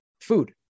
food